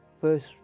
First